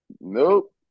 Nope